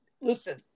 listen